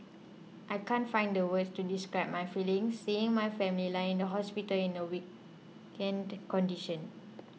I can't find the words to describe my feelings seeing my family lying in the hospital in the weakened condition